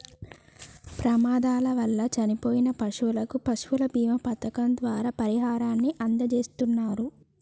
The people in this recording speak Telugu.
ప్రమాదాల వల్ల చనిపోయిన పశువులకు పశువుల బీమా పథకం ద్వారా పరిహారాన్ని అందజేస్తున్నరు